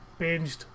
binged